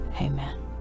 Amen